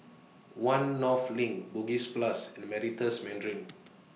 one North LINK Bugis Plus and The Meritus Mandarin